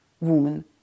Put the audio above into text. woman